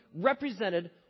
represented